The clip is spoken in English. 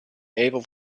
able